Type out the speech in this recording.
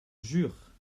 jure